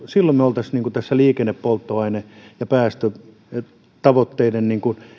silloin me olisimme tässä liikennepolttoaine ja päästötavoitteiden